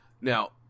Now